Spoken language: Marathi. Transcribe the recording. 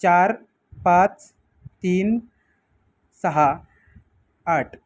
चार पाच तीन सहा आठ